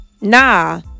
nah